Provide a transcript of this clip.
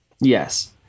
yes